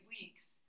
weeks